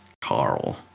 Carl